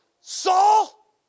Saul